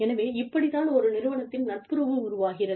எனவே இப்படித் தான் ஒரு நிறுவனத்தில் நட்புறவு உருவாகிறது